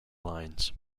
lines